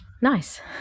Nice